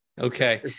Okay